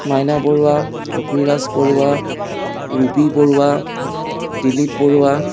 Maina Barua Abhiraj Barua Ruby Barua Dilip Barua